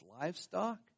livestock